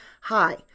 Hi